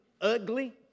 ugly